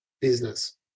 business